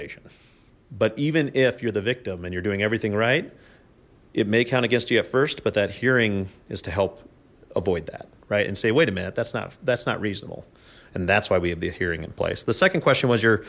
n but even if you're the victim and you're doing everything right it may count against you at first but that hearing is to help avoid that right and say wait a minute that's not that's not reasonable and that's why we have the hearing in place the second question was you